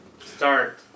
Start